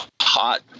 hot